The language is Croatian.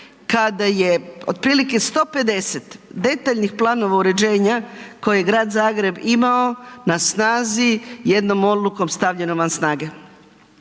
kada je otprilike 150 detaljnih planova uređenja, koje Grad Zagreb imao na snazi, jednom olukom stavljeno van znate.